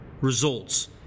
results